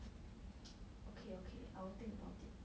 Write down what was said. okay okay I will think about it